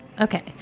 okay